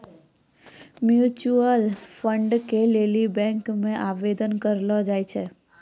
mutual fund के लेली bank मे आवेदन करलो जाय छै